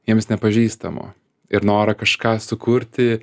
jiems nepažįstamo ir norą kažką sukurti